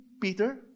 Peter